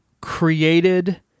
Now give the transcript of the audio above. created